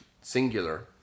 singular